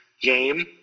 game